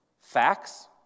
Facts